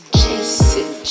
chasing